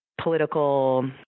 political